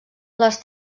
les